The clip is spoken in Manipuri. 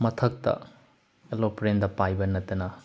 ꯃꯊꯛꯇ ꯑꯦꯔꯣꯄ꯭ꯂꯦꯟꯗ ꯄꯥꯏꯕ ꯅꯠꯇꯅ